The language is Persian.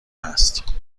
هست